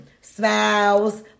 smiles